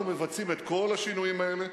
אנחנו מבצעים את כל השינויים האלה